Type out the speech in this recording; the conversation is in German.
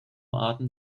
arten